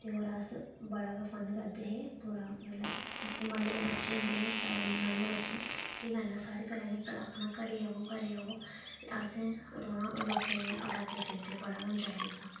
होर अस बड़ा गै फन करदे हे पूरा गै मतलब जेह्के म्हल्ले दे बच्चे होंदे केह् करना सारें आखदे घरै गी आवो घरै गी आवो असें रौह्ना लोकें दे डाकें फिरदे बड़ा गै एंजॉय कीता